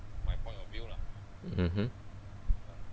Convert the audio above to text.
mmhmm